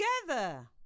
together